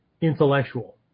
intellectual